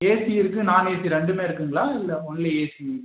AC இருக்கு நான் AC ரெண்டுமே இருக்குங்களா இல்லை ஒன்லி ஏசி